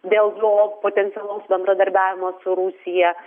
dėl jo potencialaus bendradarbiavimo su rusija